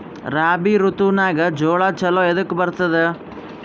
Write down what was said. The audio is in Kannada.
ರಾಬಿ ಋತುನಾಗ್ ಜೋಳ ಚಲೋ ಎದಕ ಬರತದ?